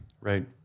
Right